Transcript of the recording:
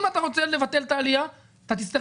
אם אתה רוצה לבטל את העלייה אתה תצטרך